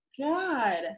God